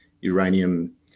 uranium